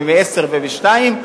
ומ-10 ומ-2,